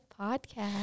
podcast